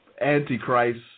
Antichrist